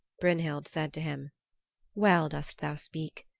brynhild said to him well dost thou speak.